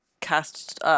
cast